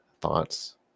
thoughts